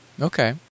Okay